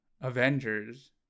Avengers